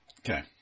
Okay